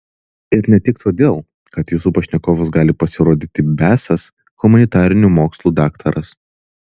ir ne tik todėl kad jūsų pašnekovas gali pasirodyti besąs humanitarinių mokslų daktaras